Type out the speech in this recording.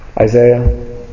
Isaiah